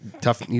tough